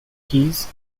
keys